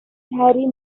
harry